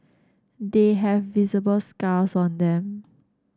they have visible scars on them